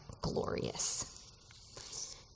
glorious